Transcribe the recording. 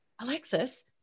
Alexis